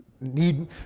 need